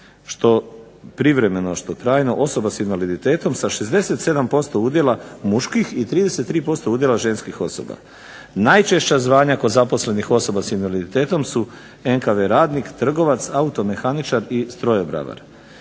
što privremeno što trajno osobe sa invaliditetom sa 67% udjela muških i 33% udjela ženskih osoba. Najčešća zvanja kod zaposlenih osobe sa invaliditetom su NKV radnik, trgovac, automehaničar i strojobravar.